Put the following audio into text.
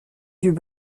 yeux